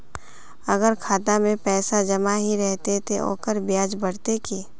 अगर खाता में पैसा जमा ही रहते ते ओकर ब्याज बढ़ते की?